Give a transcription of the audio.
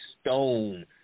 stone